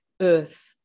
Earth